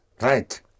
Right